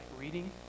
reading